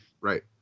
right